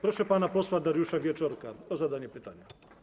Proszę pana posła Dariusza Wieczorka o zadanie pytania.